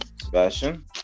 Sebastian